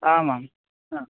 आमां हा